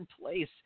place